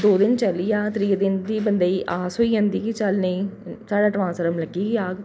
दौं दिन चली जा त्रियै दिन दूऐ बंदे गी आस होऐ जंदी की चल नेईं सांढ़ा ट्रांसफार्म लग्गी गै जाह्ग